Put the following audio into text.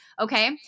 Okay